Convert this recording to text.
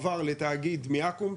הועבר לתאגיד מיאִהַקום,